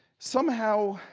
somehow,